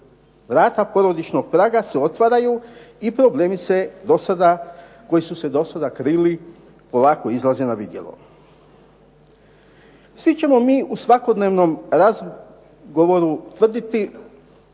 Vrata porodičnog praga se otvaraju i problemi se do sada, koji su se do sada krili polako izlaze na vidjelo. Svi ćemo mi u svakodnevnom razgovoru tvrditi